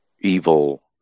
evil